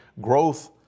Growth